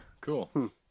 Cool